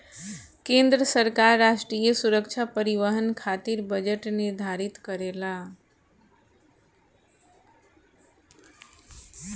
केंद्र सरकार राष्ट्रीय सुरक्षा परिवहन खातिर बजट निर्धारित करेला